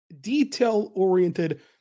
detail-oriented